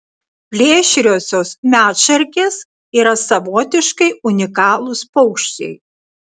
plėšriosios medšarkės yra savotiškai unikalūs paukščiai